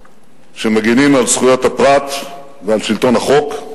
שמגינים על זכויות הפרט ועל שלטון החוק.